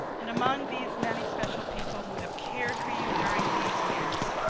and among these many special people who have cared for you during these years,